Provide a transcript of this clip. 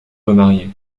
remariée